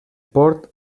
port